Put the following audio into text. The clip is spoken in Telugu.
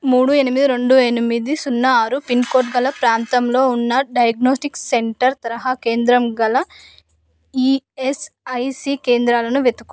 మూడు ఎనిమిది రెండు ఎనిమిది సున్నా ఆరు పిన్ కోడ్ గల ప్రాంతంలో ఉన్న డయాగ్నోస్టిక్ సెంటర్ తరహా కేంద్రం గల ఈఎస్ఐసి కేంద్రాలను వెతుకు